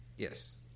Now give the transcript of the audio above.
Yes